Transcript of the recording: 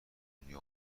دنیا